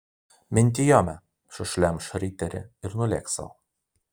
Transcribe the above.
mintijome sušlemš riterį ir nulėks sau